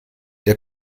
der